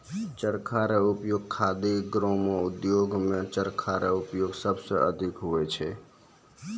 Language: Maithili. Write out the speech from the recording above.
चरखा रो उपयोग खादी ग्रामो उद्योग मे चरखा रो प्रयोग सबसे अधिक हुवै छै